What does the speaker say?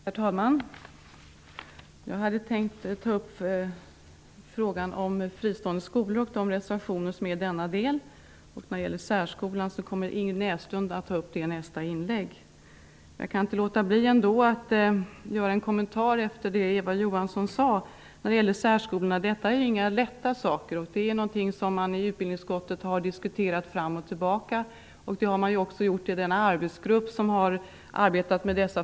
Herr talman! Jag hade tänkt ta upp frågan om fristående skolor och de reservationer som finns i denna del. Ingrid Näslund kommer att ta upp frågan om särskolan i nästa anförande. Jag kan dock inte låta bli att göra en kommentar till det som Eva Johansson sade om särskolorna. Det är ingen enkel fråga. Det är något som vi i utbildningsutskottet har diskuterat fram och tillbaka. Det har man också gjort i den arbetsgrupp som har arbetat med frågan.